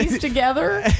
together